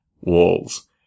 walls